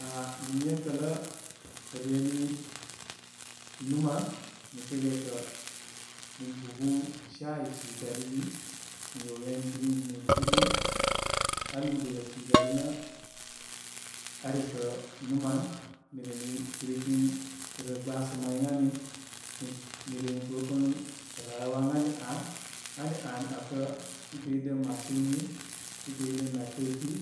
Aá min metətə reni numan mi kə rokə mi búbun shayi ugari di, mi yowyen drinks mi búbún aúú diga agari nə aresə numan mi re mi kirə kin nə gbasəmay ən ami, mi mi re mi bəbən rayuwa ən ani aá. Ani aa mi wakə i dəydən machineni i dəy dən napep ni,